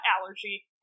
allergy